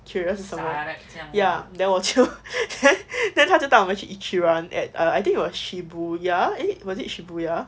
like curious 是什么 ya then 我就 他就带我们去 ichiran at uh I think it was shibuya eh was it shibuya